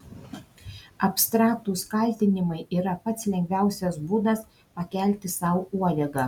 abstraktūs kaltinimai yra pats lengviausias būdas pakelti sau uodegą